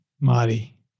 Marty